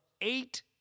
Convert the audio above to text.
eight